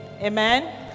Amen